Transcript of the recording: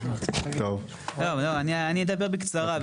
לא, לא, אני אדבר בקצרה.